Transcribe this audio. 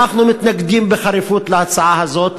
אנחנו מתנגדים בחריפות להצעה הזאת.